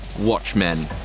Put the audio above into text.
Watchmen